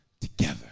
together